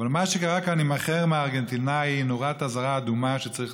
אבל מה שקרה כאן עם החרם הארגנטיני זה נורת אזהרה אדומה שצריך